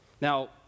now